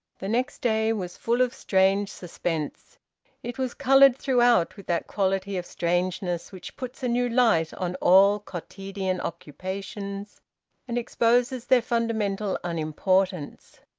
the next day was full of strange suspense it was coloured throughout with that quality of strangeness which puts a new light on all quotidian occupations and exposes their fundamental unimportance.